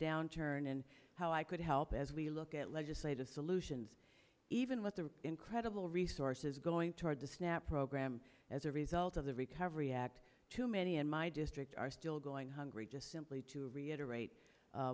downturn and how i could help as we look at legislative solutions even with the incredible resources going toward the snap program as a result of the recovery act too many in my district are still going hungry just simply to